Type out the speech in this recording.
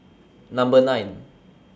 Number nine